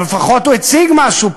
אבל לפחות הוא הציג משהו,